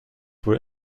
were